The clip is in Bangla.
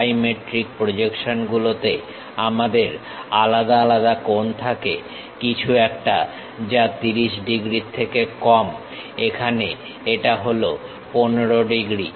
ডাইমেট্রিক প্রজেকশনগুলোতে আমাদের আলাদা কোণ থাকে কিছু একটা যা 30 ডিগ্রীর থেকে কম এখানে এটা হল 15 ডিগ্রী